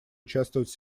участвовать